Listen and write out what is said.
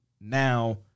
now